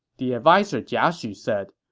the adviser jia xu said,